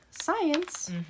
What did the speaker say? science